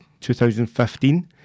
2015